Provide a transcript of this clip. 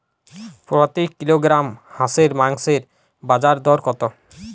প্রতি কিলোগ্রাম হাঁসের মাংসের বাজার দর কত?